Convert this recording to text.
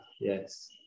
yes